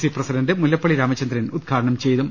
C president Mullappally Ramachandran ഉദ്ഘാടനം ചെയ്യും